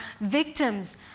victims